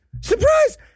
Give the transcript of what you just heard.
surprise